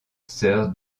sir